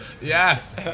Yes